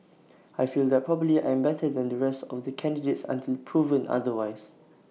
I feel that probably I am better than the rest of the candidates until proven otherwise